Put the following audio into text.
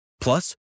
Plus